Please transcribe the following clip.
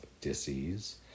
disease